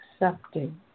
accepting